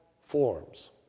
forms